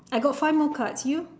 I got five more cards you